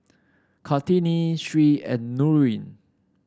Kartini Sri and Nurin